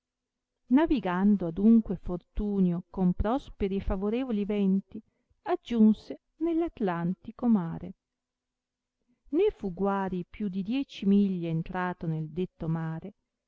navigando adunque fortunio con prosperi e favorevoli venti aggiunse nel atlantico mare né fu guari più di dieci miglia entrato nel detto mare